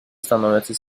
становятся